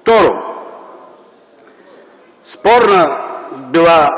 Второ, спорна била